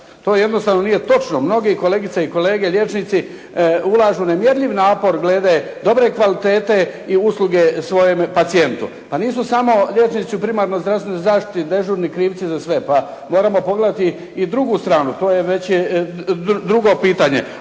To jednostavno nije točno. Mnogi kolegice i kolege liječnici ulažu nemjerljiv napor glede dobre kvalitete i usluge svome pacijentu, a nisu samo liječnici u primarnoj zdravstvenoj zaštiti dežurni krivci za sve. Pa moramo pogledati i drugu stranu, to je već drugo pitanje.